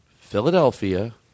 Philadelphia